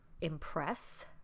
impress